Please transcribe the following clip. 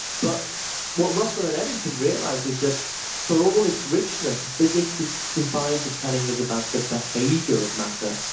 but what russell and eddington realized is that for all its richness, physics is confined to telling us about the behavior of matter.